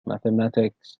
mathematics